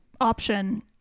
option